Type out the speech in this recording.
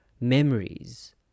memories